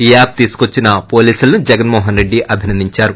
ఈ యాప్ తీసుకొచ్చిన పోలీసులను జగన్మోహన్ రెడ్డి అభినందిందారు